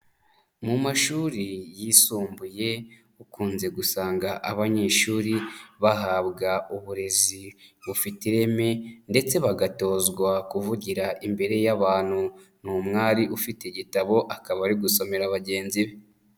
Mu mashuri yisumbuye, ukunze gusanga abanyeshuri bahabwa uburezi bufite ireme ndetse bagatozwa kuvugira imbere y'abantu. Ni umwari ufite igitabo, akaba ari gusomera bagenzi be.